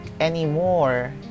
anymore